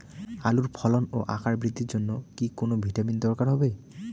আলুর ফলন ও আকার বৃদ্ধির জন্য কি কোনো ভিটামিন দরকার হবে?